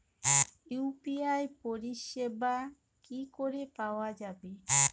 UPI পরিষেবা কি করে পাওয়া যাবে?